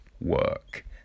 work